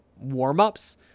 warm-ups